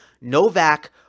Novak